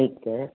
ਠੀਕ ਹੈ